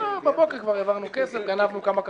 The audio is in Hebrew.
בבוקר כבר העברנו כסף, גנבנו כמה קרקעות.